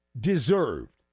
deserved